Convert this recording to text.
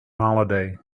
holiday